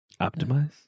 Optimize